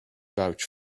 vouch